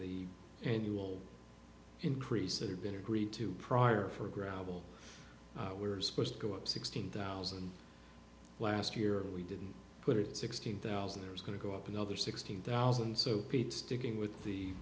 the annual increase that had been agreed to prior for gravel we were supposed to go up sixteen thousand last year and we didn't put it sixteen thousand there was going to go up another sixteen thousand so pete sticking with the